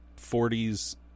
40s